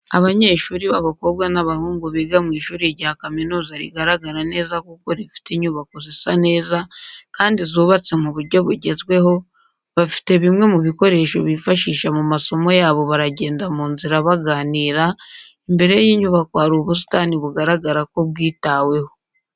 Abanyeshuri b'abakobwa n'abahungu biga mu ishuri rya kaminuza rigaragara neza kuko rifite inyubako zisa neza, kandi zubatswe mu buryo bugezweho, bafite bimwe mu bikoresho bifashisha mu masomo yabo baragenda mu nzira baganira, imbere y'inyubako hari ubusitani bugaragara ko bwitaweho.